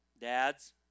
dads